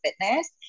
fitness